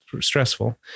stressful